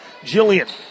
Jillian